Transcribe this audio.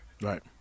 Right